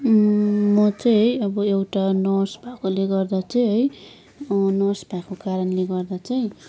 म चाहिँ अब एउटा नर्स भएकोले गर्दा चाहिँ है नर्स भएको कारणले गर्दा चाहिँ